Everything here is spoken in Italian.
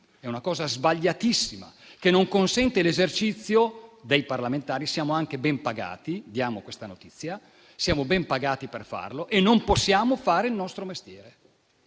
è una cosa sbagliatissima, che non consente l'esercizio dei poteri parlamentari. Siamo anche ben pagati - diamo questa notizia - per farlo e non possiamo fare il nostro mestiere.